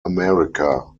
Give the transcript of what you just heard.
america